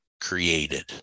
created